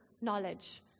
knowledge